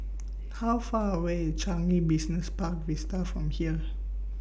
How Far away IS Changi Business Park Vista from here